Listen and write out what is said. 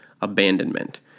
abandonment